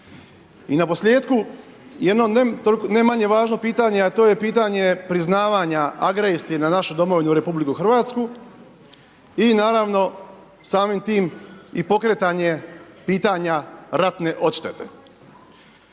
I naposljetku jedno ne manje važno pitanje, a to je pitanje priznavanja agresije na našu domovinu RH i naravno samim tim i pokretanje pitanja ratne odštete.